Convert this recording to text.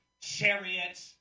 chariot